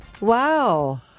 Wow